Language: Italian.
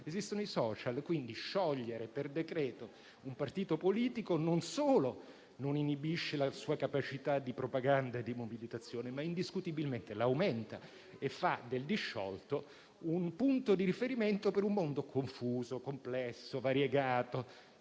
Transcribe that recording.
esistono i *social* e, quindi, sciogliere per decreto un partito politico non solo non inibisce la sua capacità di propaganda e di mobilitazione, ma indiscutibilmente l'aumenta, e fa del disciolto un punto di riferimento per un mondo confuso, complesso, variegato.